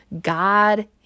God